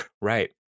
Right